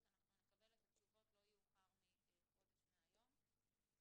אנחנו נקבל את התשובות לא יאוחר מחודש מהיום.